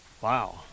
Wow